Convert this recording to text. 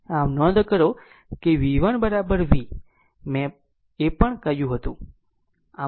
આમ નોંધ કરો કે v1 v એ પણ મેં કહ્યું હતું